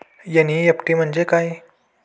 NEFT म्हणजे काय?